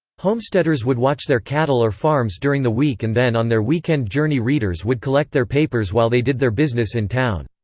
homesteaders would watch their cattle or farms during the week and then on their weekend journey readers would collect their papers while they did their business in town.